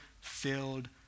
filled